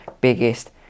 biggest